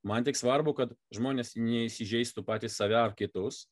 man tik svarbu kad žmonės neįsižeistų patys save ar kitus